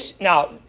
Now